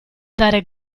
dare